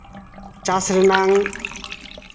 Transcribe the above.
ᱪᱟᱥ ᱨᱮᱱᱟᱝ